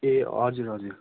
ए हजुर हजुर